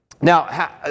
Now